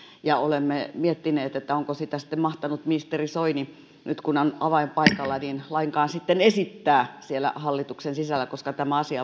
ja olemme miettineet onko sitä sitten mahtanut ministeri soini nyt kun on avainpaikalla lainkaan esittää siellä hallituksen sisällä koska tämä asia